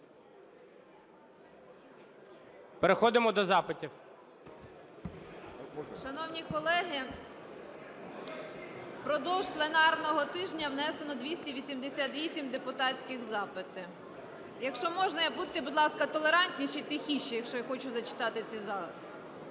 13:46:28 ГОЛОВУЮЧИЙ. Шановні колеги, продовж пленарного тижня внесено 288 депутатських запитів. Якщо можна, будьте, будь ласка, толерантніші і тихіші, якщо я хочу зачитати ці… Дмитра